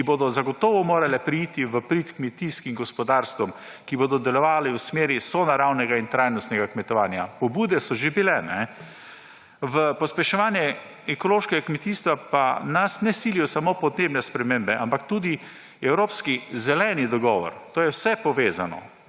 ki bodo zagotovo morala preiti v prid kmetijskim gospodarstvom, ki bodo delovala v smeri sonaravnega in trajnostnega kmetovanja. Pobude so že bile. V pospeševanje ekološkega kmetijstva pa nas ne silijo samo podnebne spremembe, ampak tudi evropski zeleni dogovor. To je vse povezano.